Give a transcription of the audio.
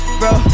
bro